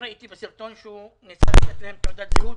ראיתי בסרטון שהוא ניסה לתת תעודת זהות